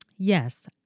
Yes